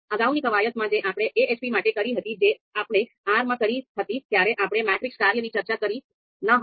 અગાઉની કવાયતમાં જે આપણે AHP માટે કરી હતી જે આપણે R માં કરી હતી ત્યારે આપણે મેટ્રિક્સ કાર્યની ચર્ચા કરી ન હતી